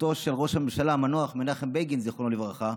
בשליחותו של ראש הממשלה המנוח מנחם בגין זיכרונו לברכה,